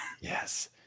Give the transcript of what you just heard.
Yes